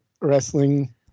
wrestling